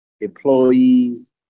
employees